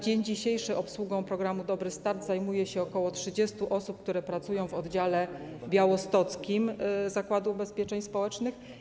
Dzisiaj obsługą programu „Dobry start” zajmuje się ok. 30 osób, które pracują w oddziale białostockim Zakładu Ubezpieczeń Społecznych.